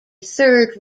third